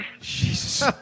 Jesus